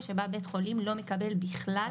אחרי סעיף 9, מה נראה בטבלה?